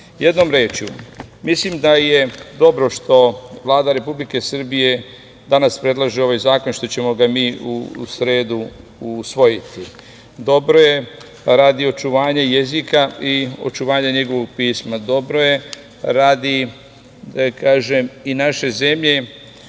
pisma. Jednom rečju, mislim da je dobro što Vlada Republike Srbije danas predlaže ovaj zakon, što ćemo ga mi u sredu usvojiti, dobro je radi očuvanja jezika i očuvanja njegovog pisma, dobro je radi i naše zemlje